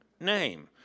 name